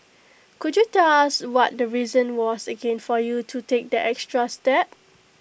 could you tell us what the reason was again for you to take that extra step